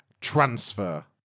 transfer